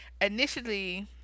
initially